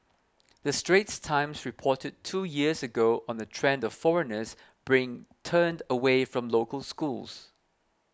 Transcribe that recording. the Straits Times reported two years ago on the trend of foreigners bring turned away from local schools